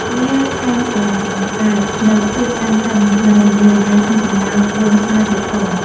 វាថែមទាំង បង្កើតនូវភាពតានតឹង និងរញ៉េរញ៉ៃក្នុងចំណោមហ្វូងស្វាទៀតផង។